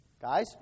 Guys